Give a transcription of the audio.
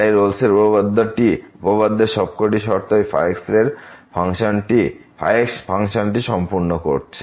তাই রোলস উপপাদ্যের সবকটি শর্তই ϕ ফাংশনটি সম্পূর্ণ করছে